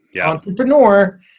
entrepreneur